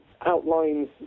outlines